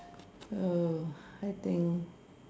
oh I think